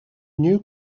new